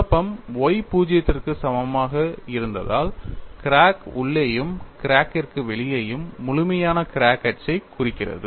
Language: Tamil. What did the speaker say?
குழப்பம் y 0 க்கு சமமாக இருந்ததால் கிராக் உள்ளேயும் கிராக் கிற்கு வெளியேயும் முழுமையான கிராக் அச்சைக் குறிக்கிறது